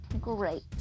Great